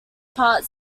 part